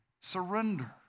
Surrender